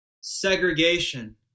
segregation